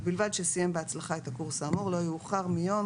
ובלבד שסיים בהצלחה את הקורס האמור לא יאוחר מיום